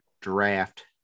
draft